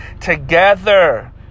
together